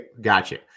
Gotcha